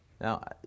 Now